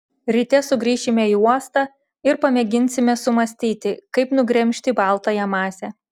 ryte sugrįšime į uostą ir pamėginsime sumąstyti kaip nugremžti baltąją masę